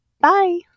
Bye